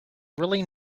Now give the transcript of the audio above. really